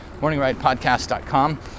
MorningRidePodcast.com